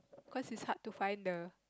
cause it's hard to find the